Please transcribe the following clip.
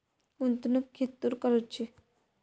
गुंतवणुक खेतुर करूची?